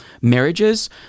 marriages